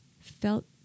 felt